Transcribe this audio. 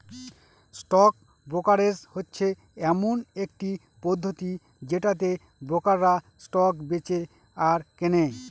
stock brokerage হচ্ছে এমন একটি পদ্ধতি যেটাতে ব্রোকাররা স্টক বেঁচে আর কেনে